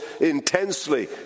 intensely